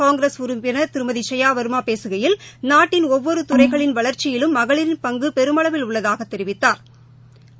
காங்கிரஸ் உறுப்பினர் திருமதி சயா வர்மாபேசுகையில் நாட்டின் ஒவ்வொருதுறைகளின் வளர்ச்சியிலும் மகளிரின் பங்குபெருமளவில் உள்ளதாகத் தெரிவித்தாா்